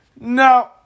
No